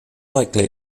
likely